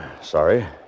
sorry